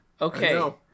Okay